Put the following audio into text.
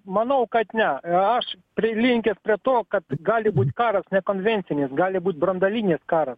manau kad ne aš prilinkęs prie to kad gali būt karas nekonvencinis gali būt branduolinis karas